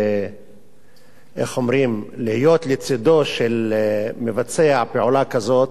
להיות לצדו של מבצע פעולה כזאת,